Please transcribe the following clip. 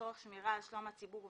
לצורך שמירה על שלום הציבור וביטחונו.